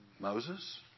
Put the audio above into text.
Moses